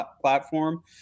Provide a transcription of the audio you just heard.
platform